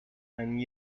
and